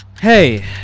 Hey